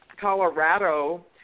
Colorado